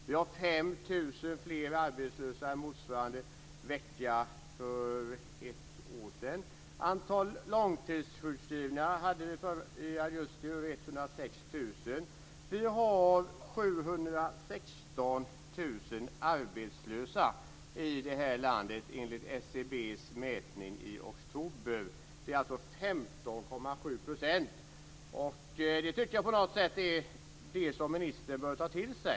Vi har 5 000 fler arbetslösa än motsvarande vecka för ett år sedan. Antalet långtidssjukskrivna var i augusti 106 000. Vi har 716 000 Det är alltså 15,7 %. Jag tycker på något sätt att det är det som ministern bör ta till sig.